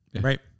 Right